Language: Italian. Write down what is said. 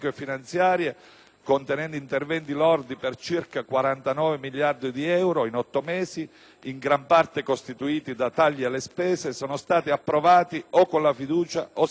recanti interventi lordi per circa 49 miliardi di euro, in otto mesi, in gran parte costituiti da tagli alle spese, sono stati approvati o con la fiducia o senza modifiche.